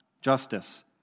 justice